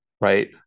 right